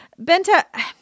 Benta